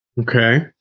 Okay